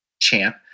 champ